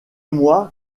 mois